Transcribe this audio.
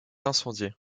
incendié